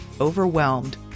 overwhelmed